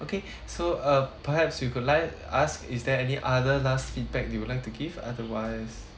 okay so uh perhaps you could let us is there any other last feedback you would like to give otherwise